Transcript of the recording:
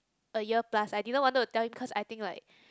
a year plus I didn't wanted to tell him cause I think like